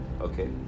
okay